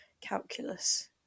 calculus